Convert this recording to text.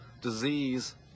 disease